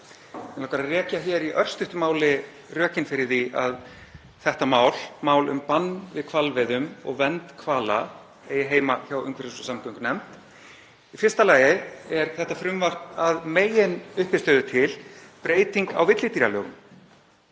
langar að rekja hér í örstuttu máli rökin fyrir því að þetta mál, mál um bann við hvalveiðum og vernd hvala, eigi heima hjá umhverfis- og samgöngunefnd. Í fyrsta lagi er þetta frumvarp að meginuppistöðu til breyting á villidýralögum.